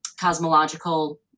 cosmological